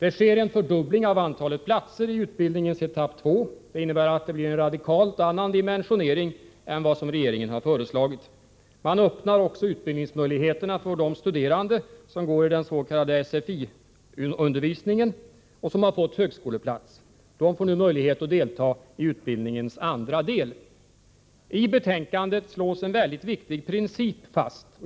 En fördubbling sker av antalet platser i utbildningens etapp 2, vilket innebär en radikalt annan dimensionering än regeringen har föreslagit. Man öppnar även utbildningsmöjligheterna för de studerande som deltar i den s.k. sfi-undervisningen och som har fått högskoleplats. De får nu möjlighet att delta i utbildningens andra del. I betänkandet slås en väldigt viktig princip fast.